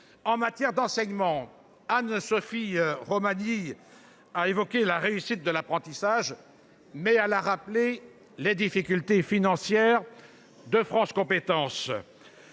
En matière d’enseignement, Anne Sophie Romagny a évoqué la réussite de l’apprentissage, tout en rappelant les difficultés financières de France Compétences.